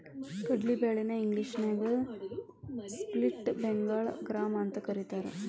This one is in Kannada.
ಕಡ್ಲಿ ಬ್ಯಾಳಿ ನ ಇಂಗ್ಲೇಷನ್ಯಾಗ ಸ್ಪ್ಲಿಟ್ ಬೆಂಗಾಳ್ ಗ್ರಾಂ ಅಂತಕರೇತಾರ